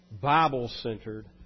Bible-centered